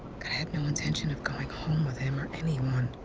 god, i had no intention of going home with him or anyone.